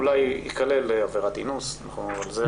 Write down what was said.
אולי תיכלל עבירת אינוס, נדון על זה.